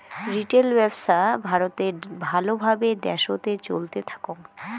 retail ব্যপছা ভারতে ভাল ভাবে দ্যাশোতে চলতে থাকং